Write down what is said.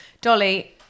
Dolly